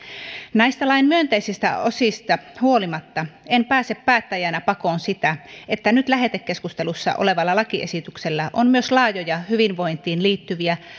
näistä lain myönteisistä osista huolimatta en pääse päättäjänä pakoon sitä että nyt lähetekeskustelussa olevalla lakiesityksellä on myös laajoja hyvinvointiin liittyviä